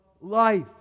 life